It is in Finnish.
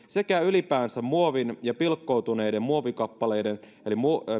sekä ylipäänsä muovin ja pilkkoutuneiden muovikappaleiden eli